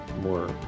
more